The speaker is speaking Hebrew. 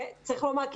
וצריך לומר,